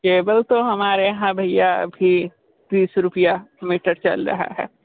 cable तो हमारे यहाँ भैया अभी तीस रुपया मीटर चल रहा है